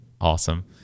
Awesome